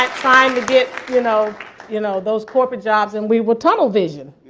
trying to get you know you know those corporate jobs and we were tunnel visioned.